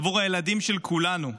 עבור הילדים של כולנו.